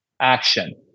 action